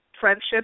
friendships